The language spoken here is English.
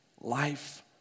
Life